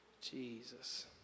Jesus